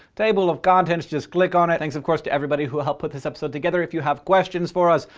table of contents just click on it. thanks, of course, to everybody who helped put this episode together. if you have questions for us,